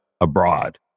Abroad